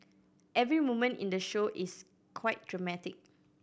every moment in the show is quite dramatic